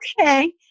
okay